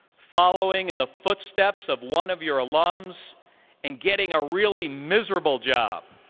following in the footsteps of one of your alums and getting a really miserable job,